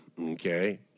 okay